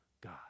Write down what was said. God